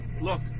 Look